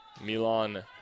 Milan